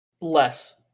Less